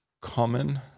common